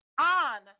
on